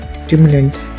stimulants